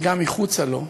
וגם מחוצה לו,